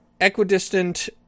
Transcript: equidistant